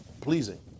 pleasing